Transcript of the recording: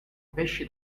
pesci